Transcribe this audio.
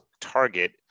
target